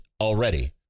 already